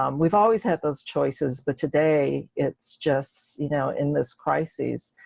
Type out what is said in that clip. um we've always had those choices, but today it's just you know in this crises,